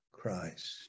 christ